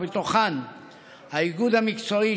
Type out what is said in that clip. ובתוכן האיגוד המקצועי,